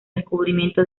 descubrimiento